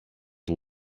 had